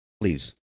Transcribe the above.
Please